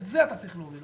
את זה אתה צריך להוריד,